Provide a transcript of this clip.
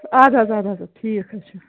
اَدٕ حظ اَدٕ حظ اَدٕ ٹھیٖک حظ چھُ